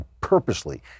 purposely